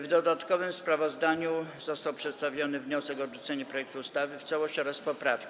W dodatkowym sprawozdaniu zostały przedstawione wniosek o odrzucenie projektu ustawy w całości oraz poprawki.